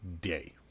day